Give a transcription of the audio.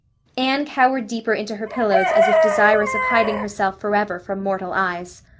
anne cowered deeper into her pillows as if desirous of hiding herself forever from mortal eyes.